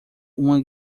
uma